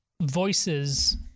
voices